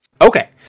Okay